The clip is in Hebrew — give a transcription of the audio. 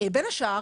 בין השאר,